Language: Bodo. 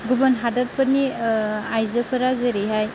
गुबुन हादोरफोरनि आइजोफोरा जेरैहाय